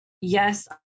yes